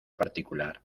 particular